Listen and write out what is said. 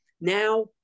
now